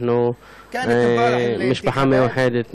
אנחנו משפחה מאוחדת.